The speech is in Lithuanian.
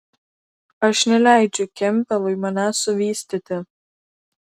aš neleidžiu kempbelui manęs suvystyti